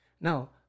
Now